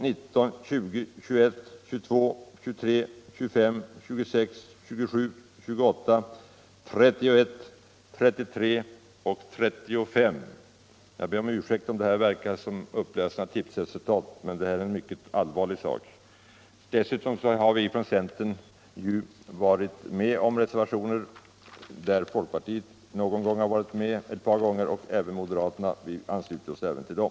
19:20:21; 22; 23, 25; 26, 27, 28, 30, 31, 33, 34 och 35.